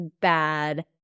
bad